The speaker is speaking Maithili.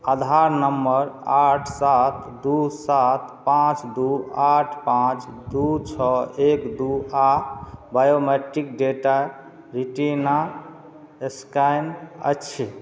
आधार नम्बर आठ सात दू सात पाँच दू आठ पाँच दू छओ एक दू आओर बायोमेट्रिक डेटा रेटिना स्कैन अछि